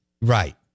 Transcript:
Right